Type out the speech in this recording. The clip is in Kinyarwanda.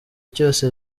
cyose